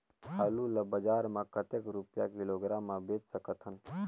आलू ला बजार मां कतेक रुपिया किलोग्राम म बेच सकथन?